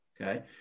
Okay